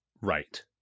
right